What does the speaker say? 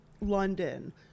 London